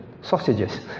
sausages